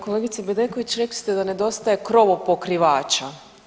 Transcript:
Kolegice Bedeković rekli ste da nedostaje krovopokrivača.